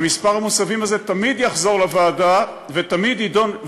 ומספר המוצבים הזה תמיד יחזור לוועדה ותמיד יידון,